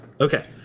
Okay